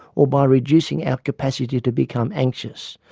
or by reducing our capacity to become anxious,